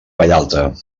vallalta